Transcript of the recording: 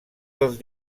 dels